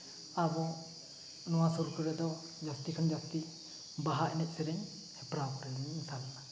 ᱟᱵᱚ ᱱᱚᱣᱟ ᱥᱩᱨ ᱠᱚᱨᱮᱜ ᱫᱚ ᱡᱟᱹᱥᱛᱤ ᱠᱷᱚᱱ ᱡᱟᱹᱥᱛᱤ ᱵᱟᱦᱟ ᱮᱱᱮᱡ ᱥᱮᱨᱮᱧ ᱦᱮᱯᱨᱟᱣ ᱠᱚᱨᱮᱜ ᱢᱮᱥᱟᱞ ᱞᱮᱱᱟ